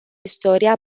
istoria